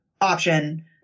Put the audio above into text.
option